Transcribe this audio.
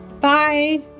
Bye